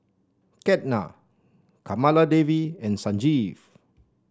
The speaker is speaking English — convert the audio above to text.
Ketna Kamaladevi and Sanjeev